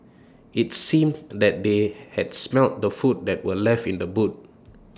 IT seemed that they had smelt the food that were left in the boot